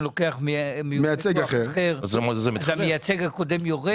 לוקח מיופה כוח אחר המייצג הקודם יורד.